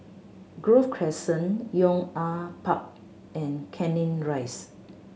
Grove Crescent Yong An Park and Canning Rise